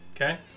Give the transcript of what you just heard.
Okay